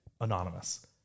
Anonymous